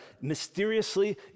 mysteriously